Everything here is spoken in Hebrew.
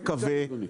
זה לא הסתדר.